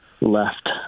left